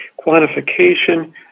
quantification